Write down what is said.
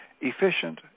efficient